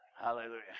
Hallelujah